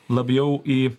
labiau į